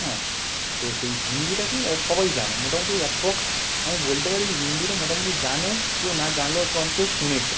হ্যাঁ তো সেই হিন্দিটা কি সবাই জানে মোটামুটি অ্যাপ্রক্স আমি বলতে পারি হিন্দিটা মোটামুটি জানে কেউ না জানলেও সে অন্তত শুনেছে